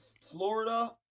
Florida